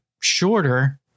shorter